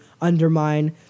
undermine